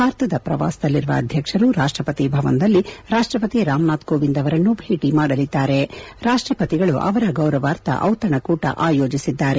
ಭಾರತದ ಪ್ರವಾಸದಲ್ಲಿರುವ ಅದ್ವಕ್ಷರು ರಾಷ್ಟಪತಿ ಭವನದಲ್ಲಿ ರಾಷ್ಷಪತಿ ರಾಮನಾಥ್ ಕೋವಿಂದ್ ಅವರನ್ನು ಭೇಟ ಮಾಡಲಿದ್ದಾರೆ ರಾಷ್ಷಪತಿಗಳು ಅವರ ಗೌರವಾರ್ಥ ಬಿತಣಕೂಟ ಆಯೋಜಿಸಿದ್ದಾರೆ